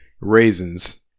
Raisins